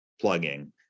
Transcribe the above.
plugging